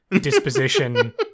disposition